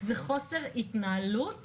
חוסר התנהלות